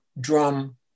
drum